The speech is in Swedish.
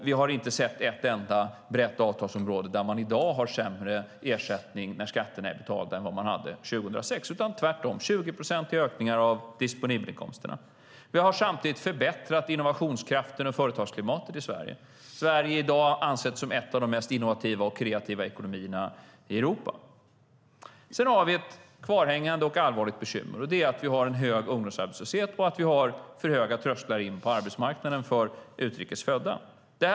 Vi har inte sett ett enda brett avtalsområde där man i dag har sämre ersättning när skatterna är betalda än vad man hade 2006, utan det har tvärtom varit 20-procentiga ökningar av disponibelinkomsterna. Vi har samtidigt förbättrat innovationskraften och företagsklimatet i Sverige. Sverige anses i dag vara en av de mest innovativa och kreativa ekonomierna i Europa. Sedan har vi ett kvarhängande och allvarligt bekymmer, och det är att vi har en hög ungdomsarbetslöshet och för höga trösklar in på arbetsmarknaden för utrikes födda.